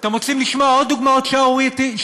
אתם רוצים לשמוע עוד דוגמאות שערורייתיות?